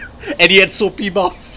and he had soapy mouth